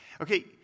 Okay